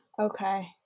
Okay